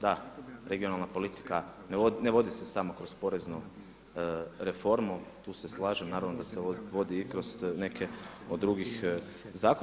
Da, regionalna politika, ne vodi se samo kroz poreznu reformu, tu se slažem, naravno da se vodi i kroz neke od drugih zakona.